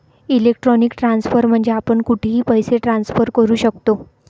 electronic transfer म्हणजे आपण कुठेही पैसे ट्रान्सफर करू शकतो